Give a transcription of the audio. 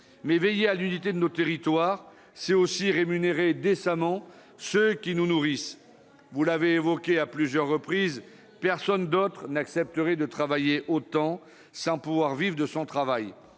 Veiller à l'unité de nos territoires, c'est aussi rémunérer décemment ceux qui nous nourrissent. Vous l'avez souligné à plusieurs reprises, personne d'autre n'accepterait de travailler autant sans pouvoir vivre de son travail.